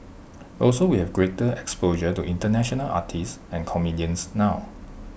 also we have greater exposure to International artists and comedians now